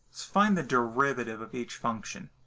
find the derivative of each function.